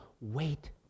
wait